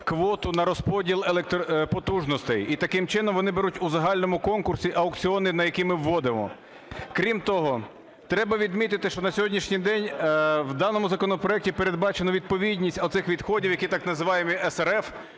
квоту на розподіл потужностей і таким чином вони беруть у загальному конкурсі аукціони, на які ми вводимо. Крім того, треба відмітити, що на сьогоднішній день в даному законопроекті передбачена відповідність оцих відходів, які так названі SRF,